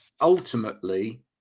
Ultimately